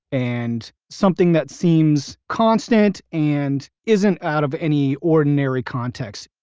and something that seems constant, and isn't out of any ordinary context,